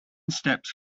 steps